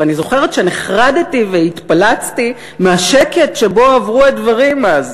ואני זוכרת שנחרדתי והתפלצתי מהשקט שבו עברו הדברים אז,